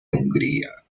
hungría